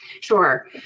Sure